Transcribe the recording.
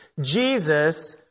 Jesus